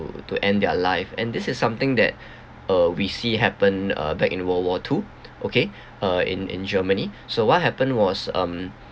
to end their life and this is something that uh we see it happened uh back in world war two okay uh in in germany so what happened was um